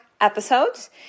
episodes